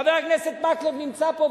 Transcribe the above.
חבר הכנסת מקלב נמצא פה,